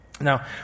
Now